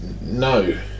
no